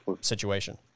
situation